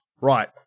Right